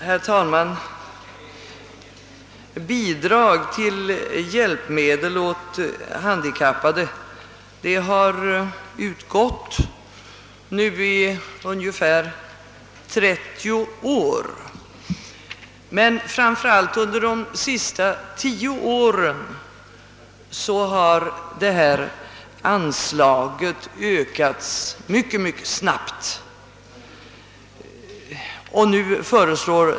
Herr talman! Bidrag till hjälpmedel åt handikappade har nu utgått i ungefär trettio år. Under de senaste tio åren har anslaget ökats mycket snabbt.